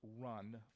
run